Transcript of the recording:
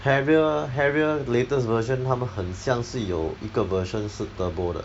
harrier harrier latest version 它们很像是有一个 version 是 turbo 的